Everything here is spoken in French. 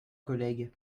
collègues